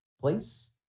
place